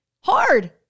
hard